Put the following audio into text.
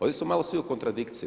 Ovdje su malo svi u kontradikciji.